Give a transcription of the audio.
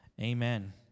amen